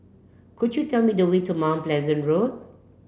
could you tell me the way to Mount Pleasant Road